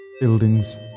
Buildings